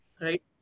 Right